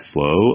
Slow